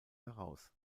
heraus